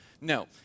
No